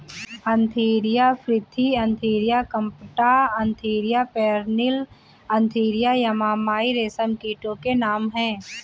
Antheraea frithi Antheraea compta Antheraea pernyi Antheraea yamamai रेशम के कीटो के नाम हैं